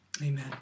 Amen